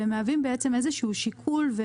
ובעצם מהווים איזשהו שיקול,